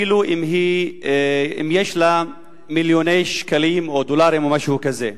אפילו אם יש לה מיליוני שקלים או דולרים או משהו כזה,